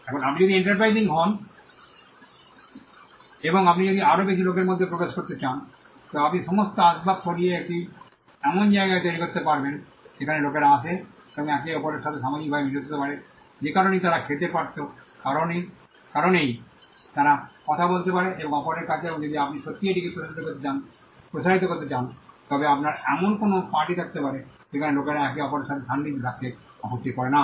এখন আপনি যদি আরও এন্টারপ্রাইসিং হন এবং আপনি যদি আরও বেশি লোকের মধ্যে প্রবেশ করতে চান তবে আপনি সমস্ত আসবাব সরিয়ে এটি এমন জায়গায় তৈরি করতে পারবেন যেখানে লোকেরা আসে এবং একে অপরের সাথে সামাজিকভাবে মিলিত হতে পারে যে কারণেই তারা খেতে পারত কারণেই তারা কথা বলতে পারে একে অপরের কাছে এবং যদি আপনি সত্যিই এটিকে প্রসারিত করতে চান তবে আপনার এমন কোনও পার্টি থাকতে পারে যেখানে লোকেরা একে অপরের সাথে সান্নিধ্যে থাকতে আপত্তি করে না